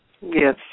Yes